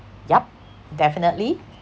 yup definitely